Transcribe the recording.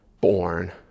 born